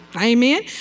Amen